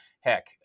heck